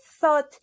thought